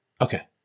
Okay